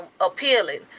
appealing